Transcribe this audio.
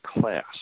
class